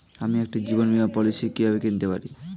আমি একটি জীবন বীমা পলিসি কিভাবে কিনতে পারি?